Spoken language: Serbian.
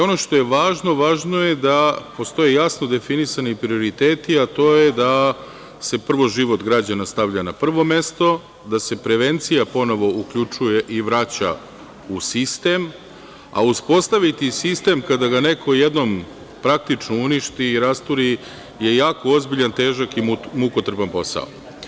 Ono što je važno, važno je da postoje jasno definisani prioriteti, a to je da se život građana stavlja na prvo mesto, da se prevencija ponovo uključuje i vraća u sistem, a uspostaviti sistem kada ga neko jednom praktično uništi i rasturi je jako ozbiljan, težak i mukotrpan posao.